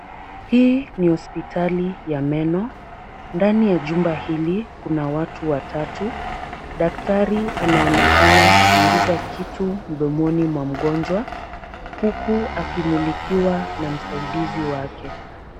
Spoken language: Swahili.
Hii ni hospitali ya meno, ndani ya jumba hili kuna watu watatu. Daktari anaonekana kuingiza kitu mdomoni mwa mgonjwa huku akimulikiwa na msaidizi wake.